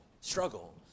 struggle